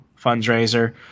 fundraiser